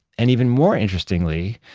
and even more interestingly,